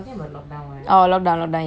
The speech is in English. oh lockdown lockdown yes phase one